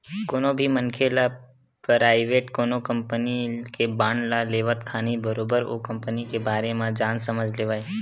कोनो भी मनखे ल पराइवेट कोनो कंपनी के बांड ल लेवत खानी बरोबर ओ कंपनी के बारे म जान समझ लेवय